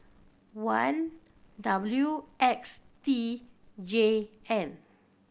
one W X T J N